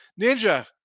Ninja